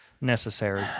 necessary